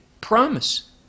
promise